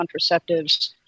contraceptives